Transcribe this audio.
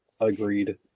Agreed